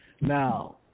Now